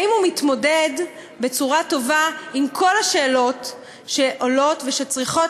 האם הוא מתמודד בצורה טובה עם כל השאלות שעולות ושצריכות